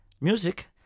Music